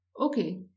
Okay